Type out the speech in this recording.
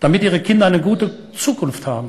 מה עושים הורים בעולם כולו?